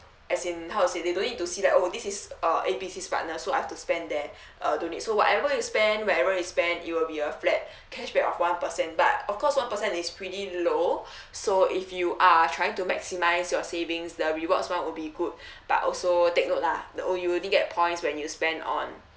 as in how to say they don't need to see that oh this is uh A B C partner so I have to spend there uh don't need so whatever you spend wherever it's spend it'll be a flat cashback of one percent but of course one percent is pretty low so if you are trying to maximise your savings the rewards one will be good but also take note lah that you will only get points when you spend on